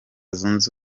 zunze